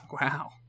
Wow